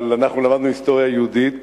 אבל אנחנו למדנו היסטוריה יהודית.